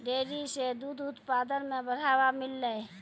dairy सें दूध उत्पादन म बढ़ावा मिललय